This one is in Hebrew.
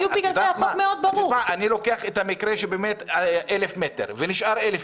ותגידו שאתם אוסרים כליל את